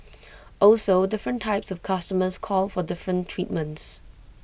also different types of customers call for different treatments